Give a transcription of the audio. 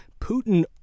Putin